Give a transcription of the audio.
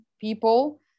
people